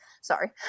Sorry